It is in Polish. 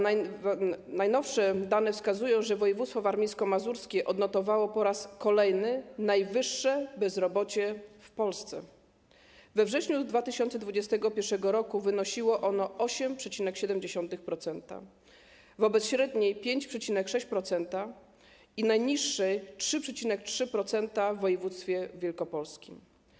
Najnowsze dane wskazują, że województwo warmińsko-mazurskie odnotowało po raz kolejny najwyższe bezrobocie w Polsce - we wrześniu 2021 r. wynosiło ono 8,7%, wobec średniej 5,6% i najniższej 3,3% w województwie wielkopolskim.